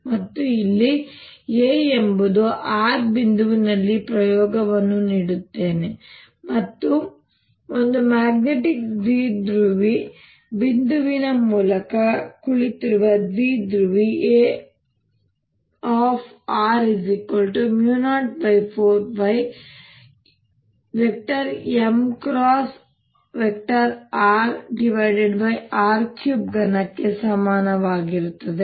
ಮತ್ತು ಇಲ್ಲಿ A ಎಂಬುದು r ಬಿಂದುವಿನಲ್ಲಿ ಪ್ರಯೋಗವನ್ನು ನೀಡುತ್ತೇನೆ ಒಂದು ಮ್ಯಾಗ್ನೆಟಿಕ್ ದ್ವಿಧ್ರುವಿ ಬಿಂದುವಿನ ಮೂಲದಲ್ಲಿ ಕುಳಿತಿರುವ ದ್ವಿಧ್ರುವಿಯು Ar04πm rr3 ಘನಕ್ಕೆ ಸಮಾನವಾಗಿರುತ್ತದೆ